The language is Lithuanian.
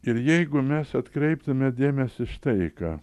ir jeigu mes atkreiptume dėmesį į štai ką